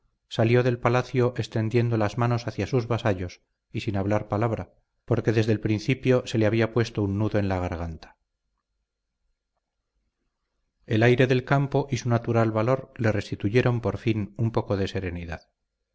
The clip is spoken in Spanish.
salió del palacio extendiendo las manos hacia sus vasallos y sin hablar palabra porque desde el principio se le había puesto un nudo en la garganta el aire del campo y su natural valor le restituyeron por fin un poco de serenidad